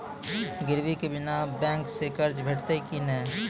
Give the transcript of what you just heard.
गिरवी के बिना बैंक सऽ कर्ज भेटतै की नै?